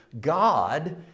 God